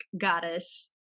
goddess